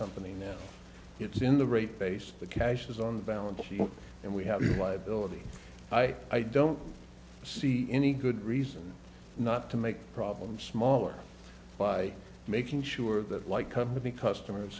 company now it's in the rate base the cash is on the balance sheet and we have a liability i i don't see any good reason not to make a problem smaller by making sure that like company customers